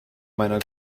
meiner